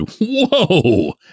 whoa